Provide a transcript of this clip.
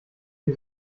die